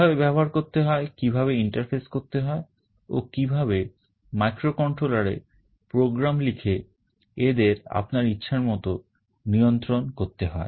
কিভাবে ব্যবহার করতে হয় কিভাবে interface করতে হয় ও কিভাবে microcontroller এ program লিখে এদের আপনার ইচ্ছা মত নিয়ন্ত্রণ করতে হয়